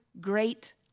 great